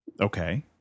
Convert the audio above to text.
Okay